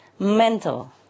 mental